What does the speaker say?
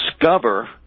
discover